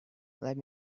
let